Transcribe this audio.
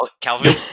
Calvin